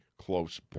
close